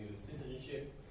citizenship